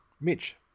Mitch